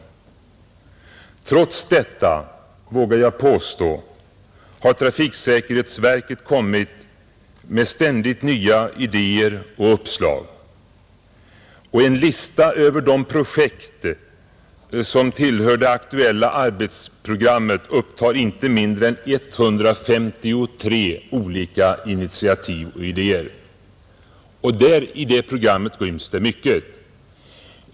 Men jag vågar påstå att trots detta har trafiksäkerhetsverket ständigt presenterat nya idéer och uppslag. Listan över de projekt som ingår i det aktuella arbetsprogrammet upptar inte mindre än 153 olika initiativ och idéer. I det programmet ryms det mycket.